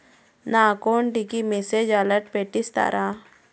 నా అకౌంట్ కి message alert పెట్టిస్తారా